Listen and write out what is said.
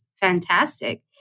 fantastic